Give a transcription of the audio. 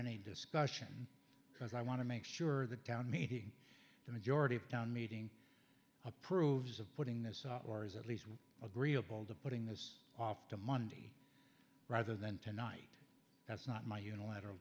any discussion because i want to make sure the town meeting the majority of town meeting approves of putting this or is at least agreeable to putting this off to monday rather than tonight that's not my unilateral